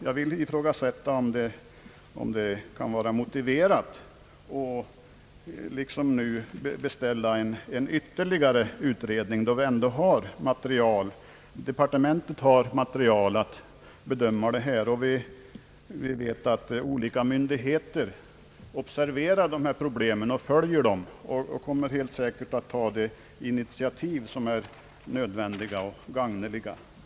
Jag ifrågasätter om det kan vara motiverat att nu beställa ytterligare en utredning då departementet ändock har material för att göra en bedömning och vi dessutom vet att olika myndigheter observerar dessa problem, följer dem och helt säkert kommer att ta de initiativ som är nödvändiga och gagneliga.